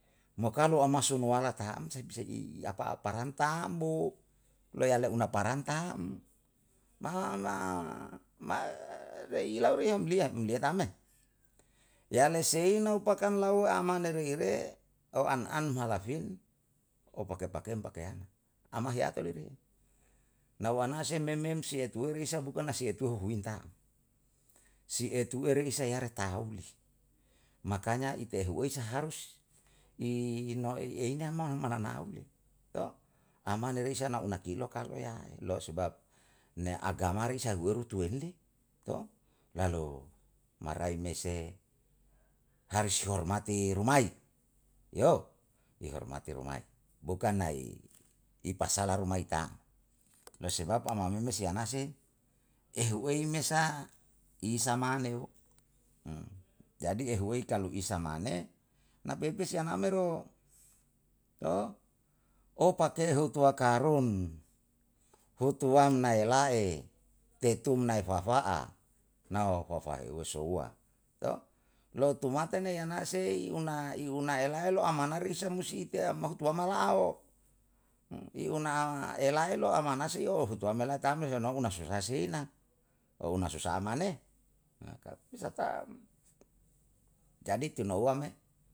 Mo kalu amasu noala taham semse'i apa aparan tambo yale una param taam mana mae rei lau riom liyam em beta me yale seino pakam lau amane reire o an an hala huin opakem pake pakean ama heyate beri. Na wana se me memse se'e tueri isa bukan na etuwe huhuinta, si etuweri isa yare tahumli, makanya ite hu ei saharus i ino'i eina mana naule amane risa nauna lokalo yai mo sebab ne agamari sagueru tuenle lalu marai mese harus si hormati rumai ni hormati rumai bukan nai i pasala rumai tau lo sebab amam me si anasi ehu ei me sa i samaleu jadi ehuwei kalu isa mane na pepeisi aname ro o pake hutua karong hutuan na elae te tun nai huwa wa'a nao fafae u wosohua loutu mate ne yana sei una i unae la'elo amanari isa musi tiyae amahu tua mala alo, um i una elaelo amansi yo hutuam mela tamel una susa seina? O una susa'a mane? Tau bisa tau. jadi tinouwa me